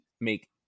make